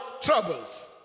troubles